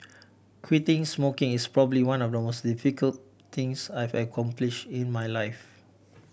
quitting smoking is probably one of the most difficult things I've accomplished in my life